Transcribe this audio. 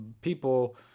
people